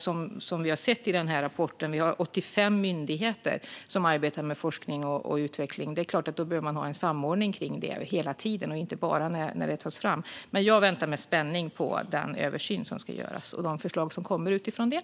Som vi har sett i rapporten har vi 85 myndigheter som arbetar med forskning och utveckling. Det är klart att då behöver man ha samordning av det hela tiden, inte bara när propositioner tas fram. Men jag väntar med spänning på den översyn som ska göras och de förslag som kommer utifrån den.